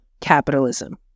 capitalism